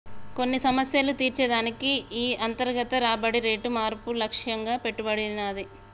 కొన్ని సమస్యలు తీర్చే దానికి ఈ అంతర్గత రాబడి రేటు మార్పు లక్ష్యంగా పెట్టబడినాది